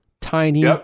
tiny